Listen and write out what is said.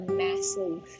massive